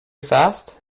fast